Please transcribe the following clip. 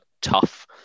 tough